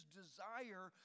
desire